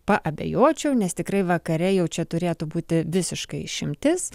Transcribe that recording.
paabejočiau nes tikrai vakare jau čia turėtų būti visiška išimtis